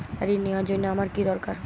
ঋণ নেওয়ার জন্য আমার কী দরকার?